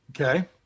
Okay